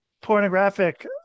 pornographic